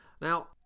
now